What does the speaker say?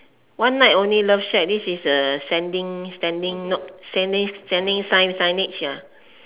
one night only love shack this is a standing not standing standing signage ah